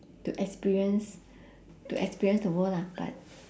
to experience to experience the world lah but